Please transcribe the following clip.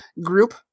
group